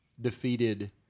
defeated